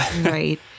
Right